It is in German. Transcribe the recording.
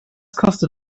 kostet